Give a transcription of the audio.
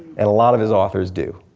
and a lot of his authors do.